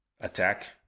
attack